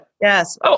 yes